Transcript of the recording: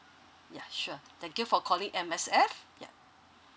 yeah sure thank you for calling M_S_F yeah